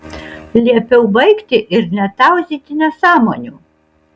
liepiau baigti ir netauzyti nesąmonių